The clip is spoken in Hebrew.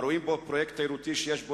והם רואים בו פרויקט תיירותי שיש בו